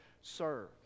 serve